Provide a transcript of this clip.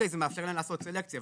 זה מאפשר לעשות סלקציה.